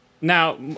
Now